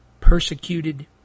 persecuted